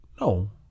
No